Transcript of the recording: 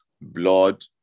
blood